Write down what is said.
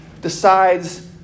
decides